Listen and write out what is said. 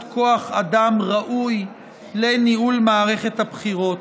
כוח אדם ראוי לניהול מערכת הבחירות.